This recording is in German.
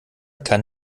kann